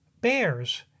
bears